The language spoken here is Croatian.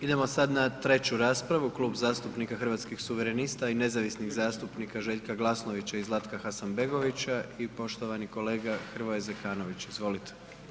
Idemo sad na 3. raspravu, Klub zastupnika Hrvatskih suverenista i nezavisnih zastupnika Željka Glasnovića i Zlatka Hasanbegovića i poštovani kolega Hrvoje Zekanović, izvolite.